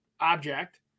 object